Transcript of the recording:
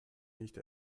nicht